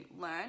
learn